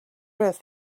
earth